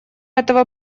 этого